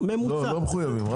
לא מחויבים.